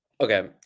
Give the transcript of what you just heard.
okay